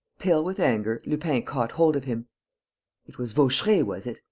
pale with anger, lupin caught hold of him it was vaucheray, was it.